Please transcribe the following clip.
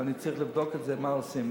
ואני צריך לבדוק מה עושים,